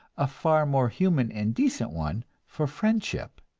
a far more human and decent one, for friendship.